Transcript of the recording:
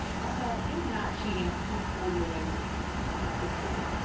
also, it is not cheating to hold your legs up here. i think that's so silly.